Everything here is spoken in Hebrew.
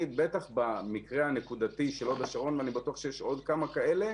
בטח במקרה הנקודתי של הוד השרון ואני בטוח שיש עוד כמה כאלה